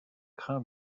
crin